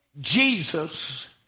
Jesus